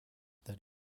that